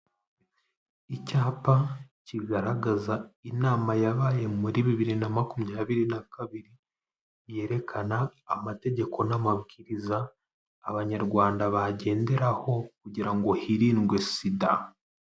Icyapa kigaragaza inama yabaye muri bibiri na makumyabiri na kabiri, yerekana amategeko n'amabwiriza abanyarwanda bagenderaho kugira ngo hirindwe sida.